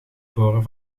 boren